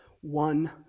one